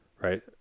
right